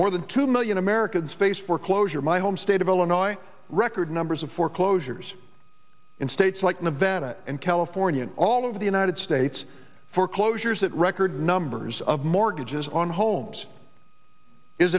more than two million americans face foreclosure my home state of illinois record numbers of foreclosures in states like nevada and california and all over the united states foreclosures that record numbers of mortgages on homes is